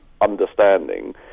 understanding